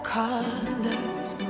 colors